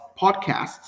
podcasts